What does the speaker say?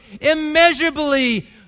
immeasurably